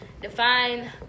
define